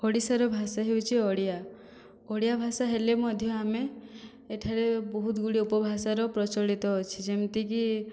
ଓଡ଼ିଶାର ଭାଷା ହେଉଛି ଓଡ଼ିଆ ଓଡ଼ିଆ ଭାଷା ହେଲେ ମଧ୍ୟ ଆମେ ଏଠାରେ ବହୁତ ଗୁଡ଼ିଏ ଉପଭାଷାର ପ୍ରଚଳିତ ଅଛି ଯେମିତି କି